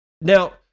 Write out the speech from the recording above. Now